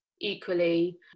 equally